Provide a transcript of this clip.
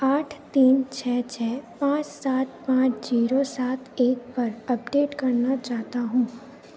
आठ तीन छः छः पाँच सात पाँच जीरो सात एक पर अपडेट करना चाहता हूँ